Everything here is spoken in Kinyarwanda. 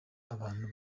abantu